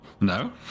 No